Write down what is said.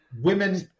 Women